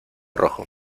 rojo